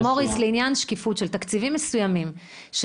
לעניין השקיפות של תקציבים מסוימים,